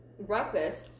breakfast